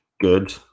Good